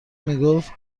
میگفت